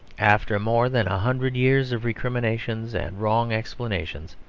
after more than a hundred years of recriminations and wrong explanations,